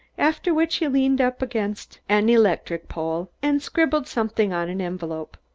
after which he leaned up against an electric-light pole and scribbled something on an envelope.